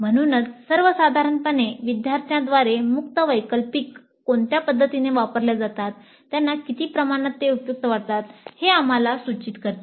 म्हणूनच सर्वसाधारणपणे विद्यार्थ्यांद्वारे मुक्त वैकल्पिक कोणत्या पद्धतीने वापरल्या जातात त्यांना किती प्रमाणात ते उपयुक्त वाटतात हे आम्हाला सूचित करते